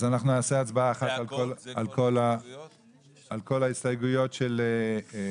אז אנחנו נעשה הצבעה אחת על כל ההסתייגויות של חד"ש-תע"ל.